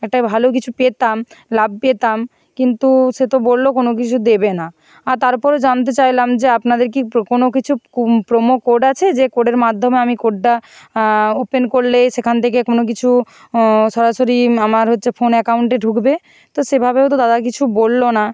একটা ভালো কিছু পেতাম লাভ পেতাম কিন্তু সে তো বললো কোনও কিছু দেবে না আর তারপরে জানতে চাইলাম যে আপনাদের কি কোনও কিছু প্রোমো কোড আছে যে কোডের মাধ্যমে আমি কোডটা ওপেন করলে সেখান থেকে কোনও কিছু সরাসরি আমার হচ্ছে ফোন অ্যাকাউন্টে ঢুকবে তো সেভাবেও তো দাদা কিছু বললো না